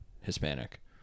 Hispanic